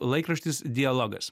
laikraštis dialogas